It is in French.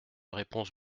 réponse